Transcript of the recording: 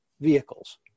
vehicles